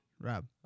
Rob